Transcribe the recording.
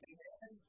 Amen